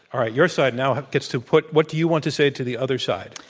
all right, your side now gets to put what do you want to say to the other side?